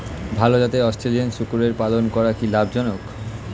ভাল জাতের অস্ট্রেলিয়ান শূকরের পালন করা কী লাভ জনক?